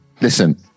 Listen